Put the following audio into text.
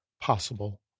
possible